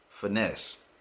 finesse